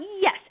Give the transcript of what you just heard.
Yes